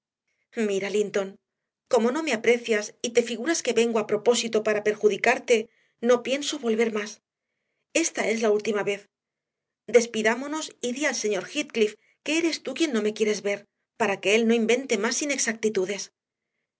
sinceridad mira linton como no me aprecias y te figuras que vengo a propósito para perjudicarte no pienso volver más esta es la última vez despidámonos y di al señor heathcliff que eres tú quien no me quieres ver para que él no invente más inexactitudes